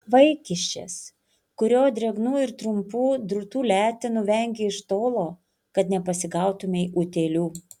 vaikiščias kurio drėgnų ir trumpų drūtų letenų vengei iš tolo kad nepasigautumei utėlių